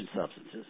substances